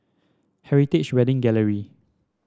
Heritage Wedding Gallery